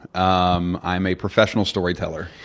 um i'm a professional storyteller.